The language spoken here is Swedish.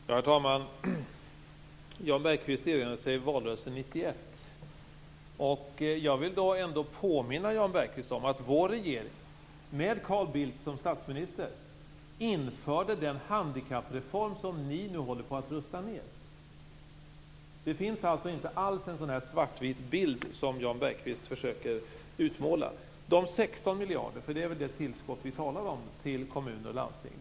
Herr talman! Jan Bergqvist erinrade sig valrörelsen 1991. Jag vill då påminna honom om att vår regering, med Carl Bildt som statsminister, införde den handikappreform som ni nu håller på att rusta ned. Det finns alltså inte alls en sådan svartvit bild som Jan Bergqvist försöker utmåla. Vi talar om 16 miljarder i tillskott till kommuner och landsting.